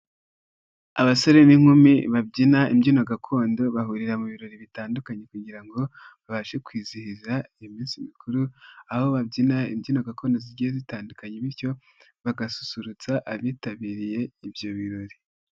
Abasore n'inkumi babyina imbyino gakondo bahurira mu birori bitandukanye kugira ngo babashe kwizihiza iyo minsi mikuru, aho babyinyina imbyino gakondo zigiye zitandukanye bityo bagasusurutsa abitabiriye ibyo birori.